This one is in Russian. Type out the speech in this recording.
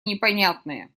непонятные